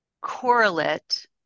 correlate